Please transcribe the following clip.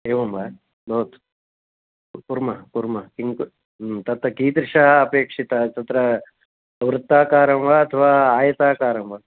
एवं वा भवतु कुर्मः कुर्मः किं कु ह्म् तत्र कीदृशः अपेक्षिता तत्र वृत्ताकारं वा अथवा आयताकारं वा